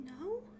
No